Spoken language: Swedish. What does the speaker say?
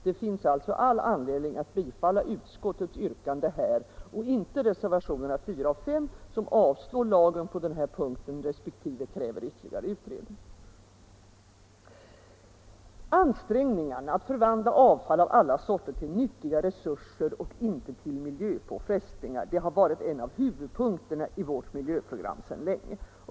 Det finns alltså all anledning att bifalla utskottets yrkande och inte reservationerna 4 och 5 som avslår lagen på den här punkten resp. kräver ytterligare utredning. Ansträngningarna att förvandla avfall av alla sorter till nyttiga resurser och inte till miljöpåfrestningar har varit en av huvudpunkterna i vårt miljöprogram sedan länge.